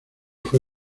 fue